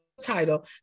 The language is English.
title